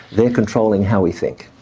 they're controlling how we think.